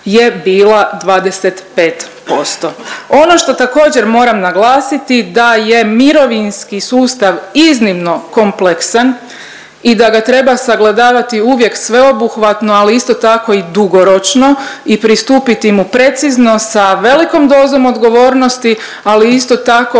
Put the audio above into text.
je bila 25%. Ono što također moram naglasiti da je mirovinski sustav iznimno kompleksan i da ga treba sagledavati uvijek sveobuhvatno ali isto tako i dugoročno i pristupiti mu precizno sa velikom dozom odgovornosti, ali isto tako